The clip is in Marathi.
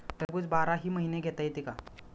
टरबूज बाराही महिने घेता येते का?